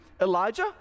Elijah